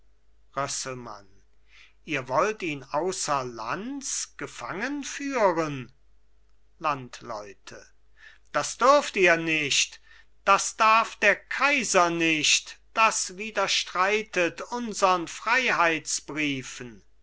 ihr wollt ihn ausser lands gefangen führen landleute das dürft ihr nicht das darf der kaiser nicht das widerstreitet unsern